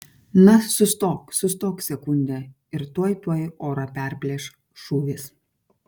na sustok sustok sekundę ir tuoj tuoj orą perplėš šūvis